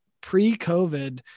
pre-COVID